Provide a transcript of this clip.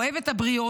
אוהב את הבריות,